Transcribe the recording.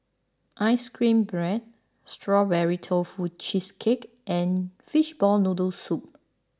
Ice Cream Bread Strawberry Tofu Cheesecake and Fishball Noodle Soup